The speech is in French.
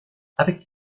avec